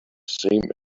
same